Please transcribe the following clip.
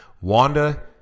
Wanda